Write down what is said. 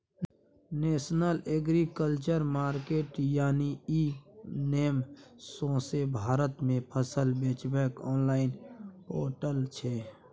national agriculture market यानी e NAM सौंसे भारत मे फसल बेचबाक आनलॉइन पोर्टल छै